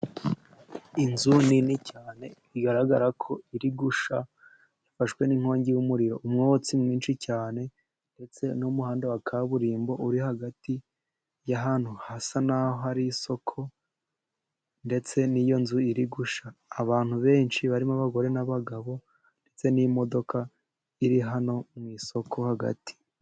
Inzu nini cyane bigaragara ko iri gusha, yafashwe n'inkongi y'umuriro, umwotsi mwinshi cyane ndetse n'umuhanda wa kaburimbo uri hagati y'ahantu hasa naho hari isoko ndetse n'iyo nzu irigusha. Abantu benshi barimo abagore n'abagabo ndetse n'imodoka iri hano mu isoko hagati.